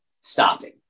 stopping